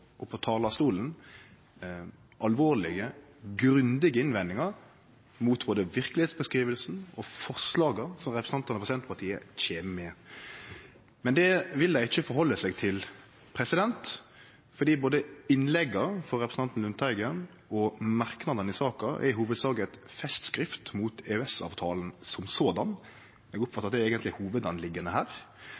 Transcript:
og frå talarstolen alvorlege, grundige innvendingar mot både verkelegheitsbeskrivinga og forslaga som representantane frå Senterpartiet kjem med, men det vil dei ikkje ta omsyn til fordi både innlegga frå representanten Lundteigen og merknadane i saka er i hovudsak eit festskrift mot EØS-avtala – eg oppfattar at det eigentleg er hovudsaka her